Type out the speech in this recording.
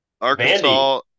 Arkansas